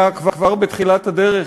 שהממשלה, כבר בתחילת הדרך,